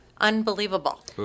Unbelievable